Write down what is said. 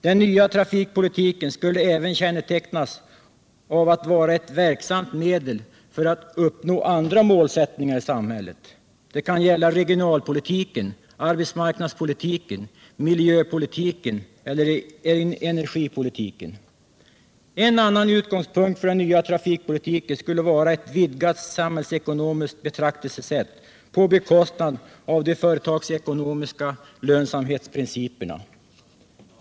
Den nya trafikpolitiken skulle även kännetecknas av att vara ett verksamt medel för att uppnå andra målsättningar i samhället. Det kan gälla regionalpolitiken, arbetsmarknadspolitiken, miljöpolitiken eller energipolitiken. En annan utgångspunkt för den nya trafikpolitiken skulle vara ett vidgat samhällsekonomiskt betraktelsesätt på bekostnad av de företagsekonomiska lönsamhetsprinciperna.